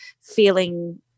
feeling